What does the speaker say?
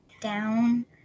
down